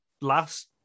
last